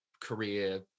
career